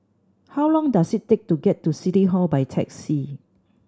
how long does it take to get to City Hall by taxi